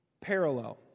parallel